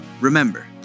Remember